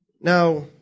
Now